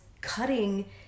cutting